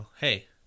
hey